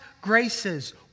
graces